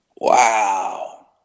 Wow